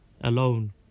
alone